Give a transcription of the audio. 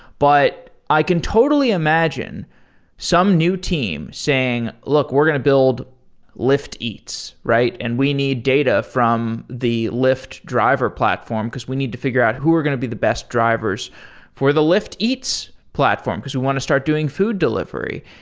but i can totally imagine some new team saying, look, we're going to build lyft eats, right? and we need data from the lyft driver platform, because we need to figure out who are going to be the best drivers for the lyft eats platform, because we want to start doing food delivery.